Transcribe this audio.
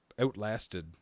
outlasted